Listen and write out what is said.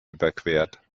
überquert